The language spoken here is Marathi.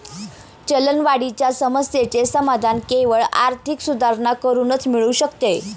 चलनवाढीच्या समस्येचे समाधान केवळ आर्थिक सुधारणा करूनच मिळू शकते